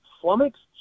flummoxed